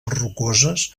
rocoses